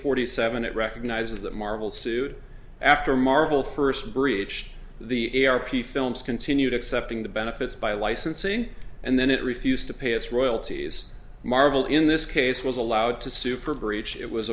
forty seven it recognizes that marvel sued after marvel first breached the air p films continued accepting the benefits by licensing and then it refused to pay its royalties marvel in this case was allowed to super